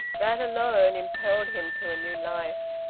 that alone impelled him to a new life.